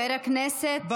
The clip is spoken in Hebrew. חבר הכנסת יברקן,